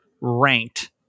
ranked